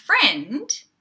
friend